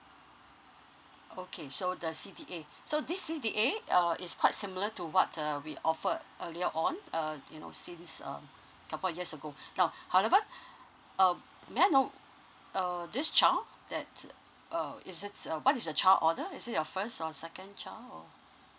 okay so the c d a so this c d a uh is quite similar to what uh we offer earlier on uh you know since um couple years ago now however uh may I know err this child that uh is it what is a child order is it your first or second child or